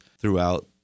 throughout